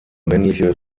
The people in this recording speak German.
männliche